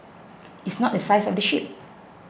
it's not the size of the ship